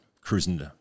cruising